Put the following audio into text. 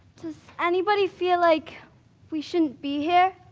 does anybody feel like we shouldn't be here?